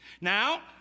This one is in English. Now